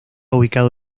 ubicado